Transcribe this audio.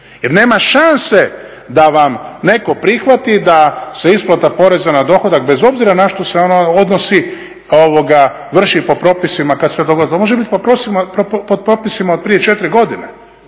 Jer nema šanse da vam netko prihvati da se isplata poreza na dohodak, bez obzira na što se ona odnosi, vrši po propisima kad se …/Govornik se ne razumije./… To može biti pod propisima od prije 4 godine.